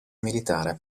militare